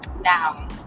Now